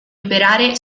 operare